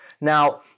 Now